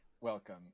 Welcome